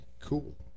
cool